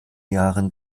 jahren